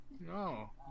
No